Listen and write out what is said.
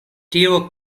tio